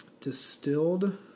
distilled